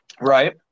right